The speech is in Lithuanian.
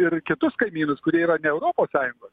ir kitus kaimynus kurie yra ne europos sąjungos